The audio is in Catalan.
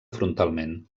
frontalment